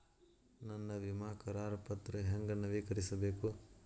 ನನ್ನ ವಿಮಾ ಕರಾರ ಪತ್ರಾ ಹೆಂಗ್ ನವೇಕರಿಸಬೇಕು?